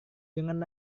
dengan